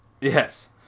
Yes